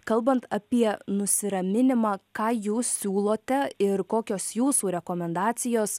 kalbant apie nusiraminimą ką jūs siūlote ir kokios jūsų rekomendacijos